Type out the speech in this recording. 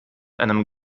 einem